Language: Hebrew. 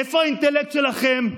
איפה האינטלקט שלכם?